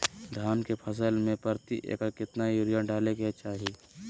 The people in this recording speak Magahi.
धान के फसल में प्रति एकड़ कितना यूरिया डाले के चाहि?